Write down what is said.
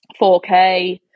4K